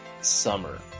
summer